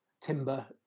timber